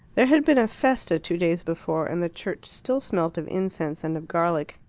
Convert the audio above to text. there had been a festa two days before, and the church still smelt of incense and of garlic.